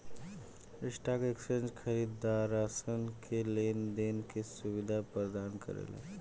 stock exchange खरीदारसन के लेन देन के सुबिधा परदान करेला